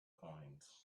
coins